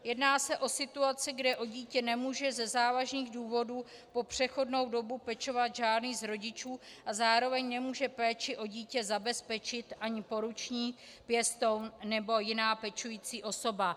Jedná se o situaci, kde o dítě nemůže ze závažných důvodů po přechodnou dobu pečovat žádný z rodičů a zároveň nemůže péči o dítě zabezpečit ani poručník, pěstoun nebo jiná pečující osoba.